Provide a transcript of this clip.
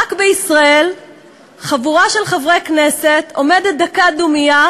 רק בישראל חבורה של חברי כנסת עומדת דקת דומייה